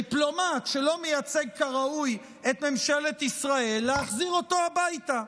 להחזיר הביתה דיפלומט שלא מייצג כראוי את ממשלת ישראל אבל